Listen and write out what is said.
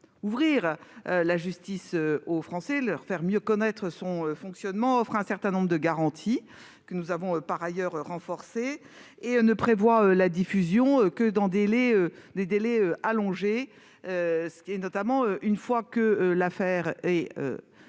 ouvrir la justice aux Français et à leur faire mieux connaître son fonctionnement, offre un certain nombre de garanties, que nous avons par ailleurs renforcées. Il ne prévoit la diffusion que dans des délais allongés, notamment une fois que l'affaire est